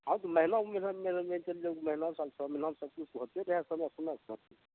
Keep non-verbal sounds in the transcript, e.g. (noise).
(unintelligible)